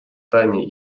таня